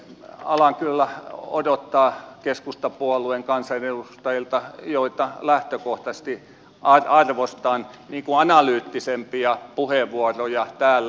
alan kyllä odottaa keskustapuolueen kansanedustajilta joita lähtökohtaisesti arvostan analyyttisempia puheenvuoroja täällä